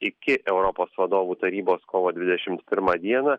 iki europos vadovų tarybos kovo dvidešim pirmą dieną